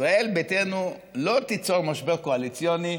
ישראל ביתנו לא תיצור משבר קואליציוני.